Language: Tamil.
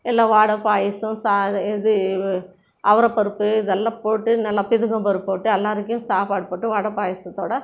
எல்லா வடை பாயசம் சாதம் இது அவரைப்பருப்பு இதெல்லா போட்டு நல்லா பிதுங்கம்பருப்பு போட்டு எல்லோருக்கும் சாப்பாடு போட்டு வடை பாயசத்தோட